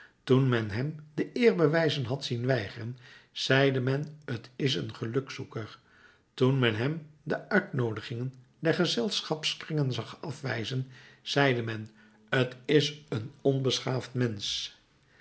toen men hem de eerbewijzen had zien weigeren zeide men t is een gelukzoeker toen men hem de uitnoodigingen der gezelschapskringen zag afwijzen zeide men t is een onbeschaafd mensch